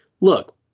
look